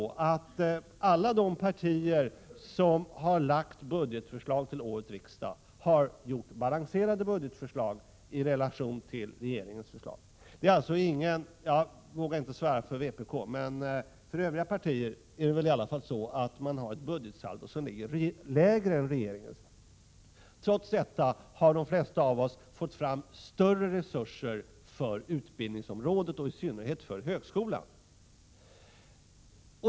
Alla partier som har lagt fram budgetförslag till årets riksdag har gjort balanserade budgetar, i relation till regeringens förslag. Jag vågar inte svära för vpk, men övriga partier har ett budgetsaldo som ligger lägre än regeringens. Trots detta har de flesta av oss fått fram större resurser för utbildningsområdet och i synnerhet för högskolan.